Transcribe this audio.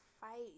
fight